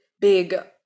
big